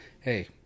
hey